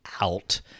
Out